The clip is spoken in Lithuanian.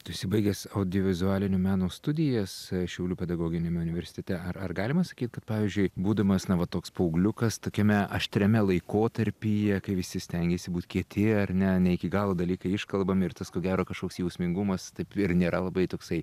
tu esi baigęs audiovizualinio meno studijas šiaulių pedagoginiame universitete ar ar galima sakyt kad pavyzdžiui būdamas na va toks paaugliukas tokiame aštriame laikotarpyje kai visi stengėsi būt kieti ar ne ne iki galo dalykai iškalbami ir tas ko gero kažkoks jausmingumas taip ir nėra labai toksai